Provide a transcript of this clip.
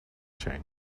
chain